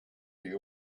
this